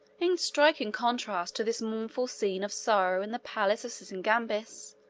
in striking contrast to this mournful scene of sorrow in the palace of sysigambis,